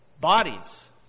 bodies